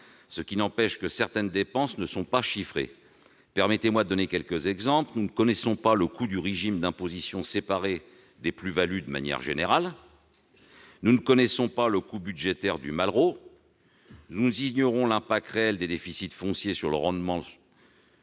d'impôt, et certaines dépenses ne sont seulement pas chiffrées. Permettez-moi de donner quelques exemples : nous ne connaissons pas le coût du régime d'imposition séparée des plus-values ; nous ne connaissons pas le coût budgétaire du dispositif Malraux ; nous ignorons l'impact réel des déficits fonciers sur le rendement